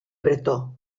bretó